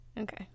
okay